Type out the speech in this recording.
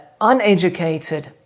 uneducated